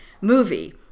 movie